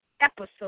episode